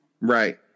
Right